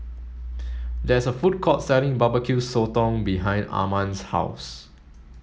there is a food court selling Barbecue Sotong behind Arman's house